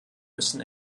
müssen